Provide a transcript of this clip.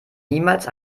niemals